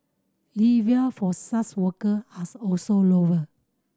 levier for such worker as also lower